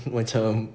macam